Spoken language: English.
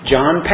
John